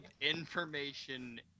information